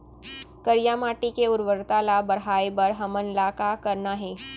करिया माटी के उर्वरता ला बढ़ाए बर हमन ला का करना हे?